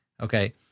okay